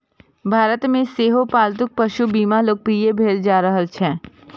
भारत मे सेहो पालतू पशु बीमा लोकप्रिय भेल जा रहल छै